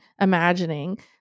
imagining